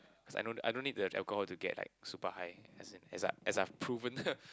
cause I don't I don't need the alcohol to get like super high as in as I as I've proven